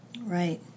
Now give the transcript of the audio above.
Right